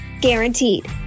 Guaranteed